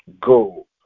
go